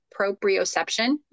proprioception